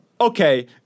okay